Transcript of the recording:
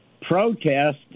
protest